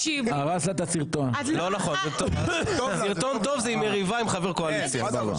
סרטון טוב זה מריבה עם חבר קואליציה.